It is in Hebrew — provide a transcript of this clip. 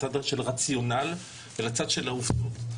לצד של רציונל ולצד של העובדות.